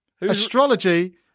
astrology